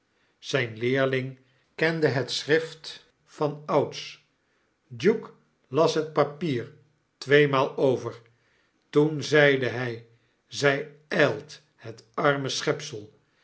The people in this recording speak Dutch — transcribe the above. zijn leerling kende het schrift vanouds duke las het papier tweemaal over toen zeide hij zg ijlt het arme schepsel